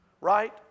Right